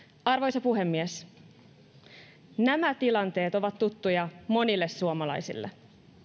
arvoisa puhemies nämä tilanteet ovat tuttuja monille suomalaisille